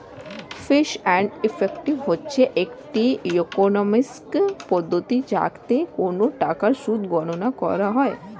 fees and effective হচ্ছে একটি economics পদ্ধতি যাতে কোন টাকার সুদ গণনা করা হয়